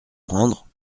prendre